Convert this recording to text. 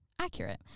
accurate